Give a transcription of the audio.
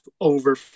over